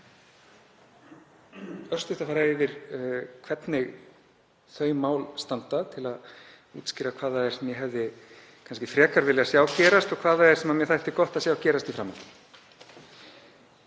örstutt að fara yfir hvernig þau mál standa til að útskýra hvað það er sem ég hefði frekar vilja sjá gerast og hvað það er sem mér þætti gott að sjá gerast í framhaldinu.